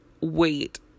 wait